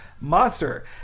monster